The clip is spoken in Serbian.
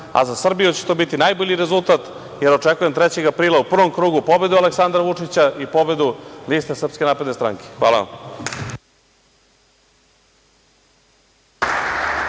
a za Srbiju će to biti najbolji rezultat, jer očekujem 3. aprila u prvom krugu pobedu Aleksandra Vučića i pobedu liste Srpske napredne stranke. Hvala vam.